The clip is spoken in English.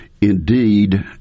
indeed